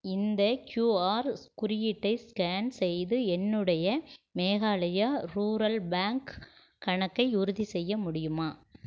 இந்த கியூஆர் குறியீட்டை ஸ்கேன் செய்து என்னுடைய மேகாலயா ரூரல் பேங்க் கணக்கை உறுதிசெய்ய முடியுமா